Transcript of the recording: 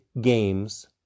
games